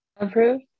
Approved